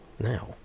Now